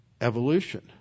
evolution